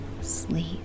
sleep